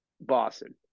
Boston